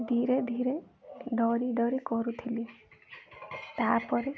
ଧୀରେ ଧୀରେ ଡରି ଡରି କରୁଥିଲି ତା'ପରେ